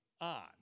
on